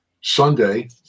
Sunday